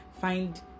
find